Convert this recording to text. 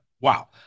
Wow